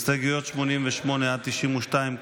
הסתייגויות 88 92,